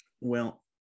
Well-